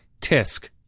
Tisk